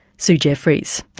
sue jefferies.